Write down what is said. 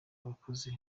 abakozi